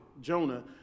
Jonah